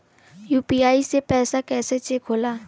UPI से पैसा कैसे चेक होला?